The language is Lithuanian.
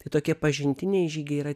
tai tokie pažintiniai žygiai yra